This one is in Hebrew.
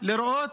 לראות